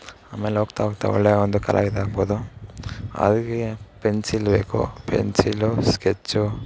ಆಮೇಲೆ ಹೋಗ್ತಾ ಹೋಗ್ತಾ ಒಳ್ಳೆಯ ಒಂದು ಕಲಾವಿದ್ರು ಆಗ್ಬೋದು ಅದಕ್ಕೆ ಪೆನ್ಸಿಲ್ ಬೇಕು ಪೆನ್ಸಿಲು ಸ್ಕೆಚ್ಚು